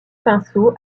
pinceau